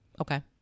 Okay